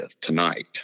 tonight